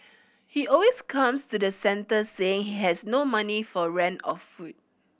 he always comes to the centre saying he has no money for rent or food